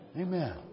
Amen